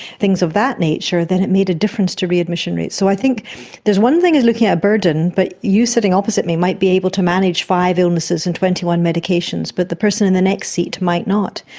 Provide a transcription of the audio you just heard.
things of that nature, then it made a difference to readmission rates. so i think it's one thing looking at burden, but you sitting opposite me might be able to manage five illnesses and twenty one medications, but the person in the next seat might not.